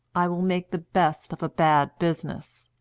i will make the best of a bad business.